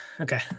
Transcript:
Okay